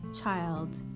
child